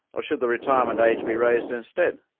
or should the retirement age be raised instead?